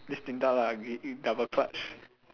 this Din-Tat lah we we double clutch